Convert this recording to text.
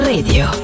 Radio